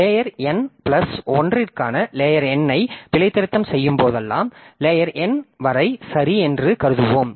layer N plus 1 க்கான layer N ஐ பிழைதிருத்தம் செய்யும் போதெல்லாம் லேயர் N வரை சரி என்று கருதுவோம்